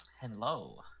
Hello